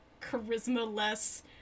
charisma-less